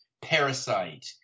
Parasite